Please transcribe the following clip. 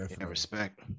Respect